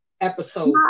episode